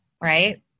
right